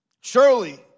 Surely